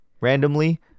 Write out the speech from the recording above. randomly